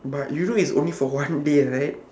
but you know it's only for one day right